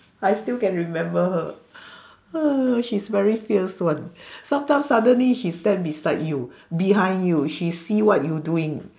I still can remember her she's very fierce one sometime suddenly she stand beside you behind you she see what you doing